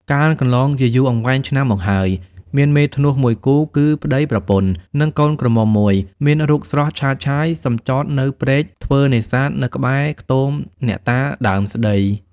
កាលកន្លងជាយូរអង្វែងឆ្នាំមកហើយ មានមេធ្នស់មួយគូ គឺប្ដីប្រពន្ធ និងកូនក្រមុំមួយ មានរូបស្រស់ឆើតឆាយ សំចតនៅព្រែក ធ្វើនេសាទនៅក្បែរខ្ទមអ្នកតាដើមស្តី ។